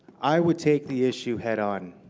i would take the issue head on.